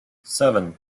seven